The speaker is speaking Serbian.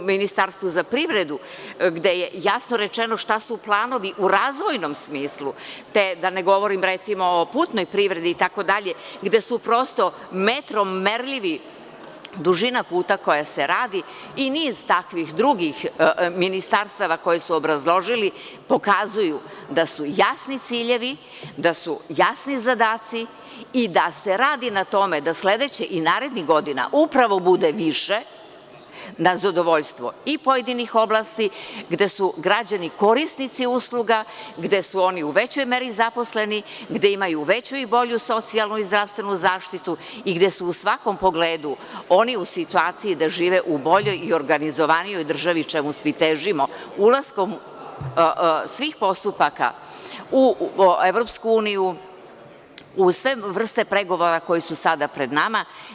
U Ministarstvu za privredu gde je jasno rečeno šta su planovi u razvojnom smislu, te da ne govorim, recimo, putnoj privredi itd, gde su prosto metrom merljivi dužina puta koja se radi i niz takvih drugih ministarstva koja su obrazložili, pokazuju da su jasni ciljevi, da su jasni zadaci i da se radi na tome da sledeće i narednih godina upravo bude više, na zadovoljstvo i pojedinih oblasti, gde su građani korisnici usluga, gde su oni u većoj meri zaposleni, gde imaju veću i bolju socijalnu i zdravstvenu zaštitu i gde su u svakom pogledu oni u situaciji da žive u boljoj i organizovanijoj državi čemu svi težimo ulaskom svih postupaka u EU, u sve vrste pregovora koja su sada pred nama.